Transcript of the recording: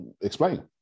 Explain